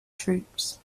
troops